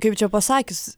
kaip čia pasakius